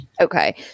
Okay